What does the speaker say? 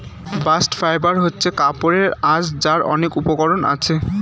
bast fibre হচ্ছে কাপড়ের আঁশ যার অনেক উপকরণ আছে